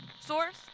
Source